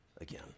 again